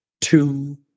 two